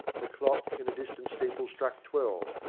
the clock in a distant steeple struck twelve,